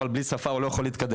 אבל בלי שפה הוא לא יכול להתקדם,